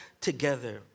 together